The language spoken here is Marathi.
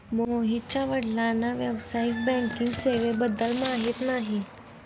मोहितच्या वडिलांना व्यावसायिक बँकिंग सेवेबद्दल माहिती नाही